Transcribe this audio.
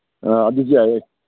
ꯑ ꯑꯗꯨꯁꯨ ꯌꯥꯏꯌꯦ